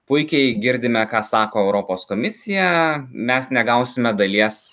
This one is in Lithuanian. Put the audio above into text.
puikiai girdime ką sako europos komisija mes negausime dalies